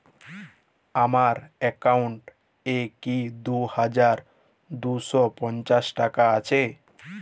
আমার অ্যাকাউন্ট এ কি দুই হাজার দুই শ পঞ্চাশ টাকা আছে?